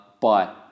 bye